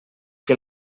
que